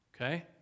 Okay